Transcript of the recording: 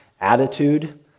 attitude